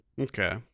Okay